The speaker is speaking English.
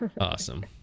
awesome